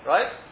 Right